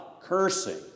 cursing